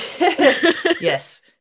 Yes